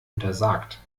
untersagt